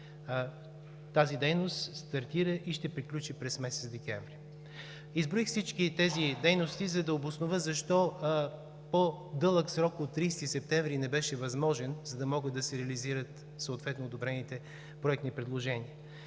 тази дейност стартира и ще приключи през месец декември. Изброих всички тези дейности, за да обоснова защо по-дълъг срок от 30 септември не беше възможен, за да могат да се реализират съответно одобрените проектни предложения.